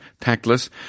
tactless